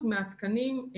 תודה על ההזדמנות לדבר.